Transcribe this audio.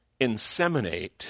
inseminate